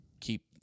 keep